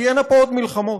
תהיינה פה עוד מלחמות,